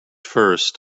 first